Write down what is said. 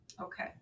Okay